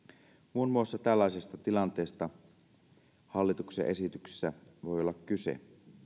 muun muassa tällaisesta tilanteesta hallituksen esityksessä voi olla kyse